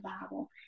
Bible